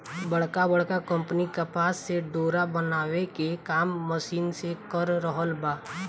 बड़का बड़का कंपनी कपास से डोरा बनावे के काम मशीन से कर रहल बा